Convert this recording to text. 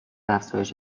افزایش